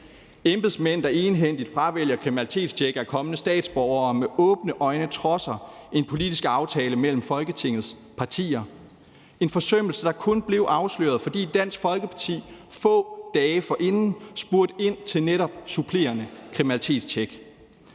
embedsmænd, der egenhændigt fravælger kriminalitetstjek af kommende statsborgere og med åbne øjne trodser en politisk aftale mellem Folketingets partier. Det er en forsømmelse, der kun blev afsløret, fordi Dansk Folkeparti få dage forinden spurgte ind til netop supplerende kriminalitetstjek.